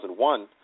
2001